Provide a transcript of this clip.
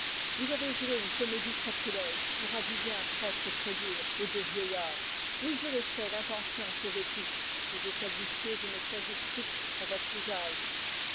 vous avez joué une comédie sacrilège pour abuser un prêtre crédule et deux vieillards oui je le sais l'intention sauvait tout vous établissiez une casuistique à votre usage